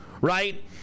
right